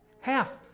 half